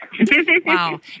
Wow